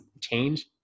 change